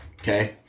Okay